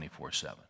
24-7